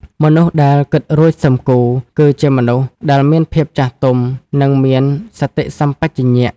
មនុស្សដែល «គិតរួច សឹមគូរ» គឺជាមនុស្សដែលមានភាពចាស់ទុំ និងមានសតិសម្បជញ្ញៈ។